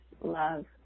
love